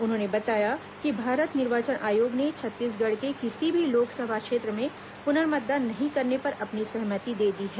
उन्होंने बताया कि भारत निर्वाचन आयोग ने छत्तीसगढ़ के किसी भी लोकसभा क्षेत्र में पूनर्मतदान नहीं करने पर अपनी सहमति दे दी है